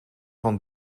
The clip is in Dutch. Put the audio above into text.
van